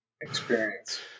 experience